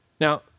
Now